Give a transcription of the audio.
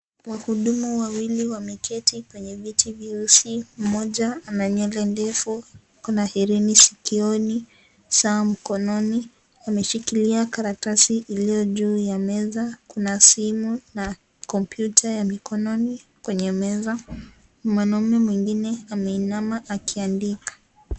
Wahuduma wawili wameketi kwenye viti vyeusi, mmoja ana nywele ndefu, ako na hereni sikioni, saa mkononi. Ameshikilia karatasi iliyo juu ya meza, kuna simu na kompyuta ya mikononi kwenye meza. Mwanaume mwingine ameinama akiandika.